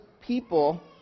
people